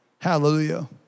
Hallelujah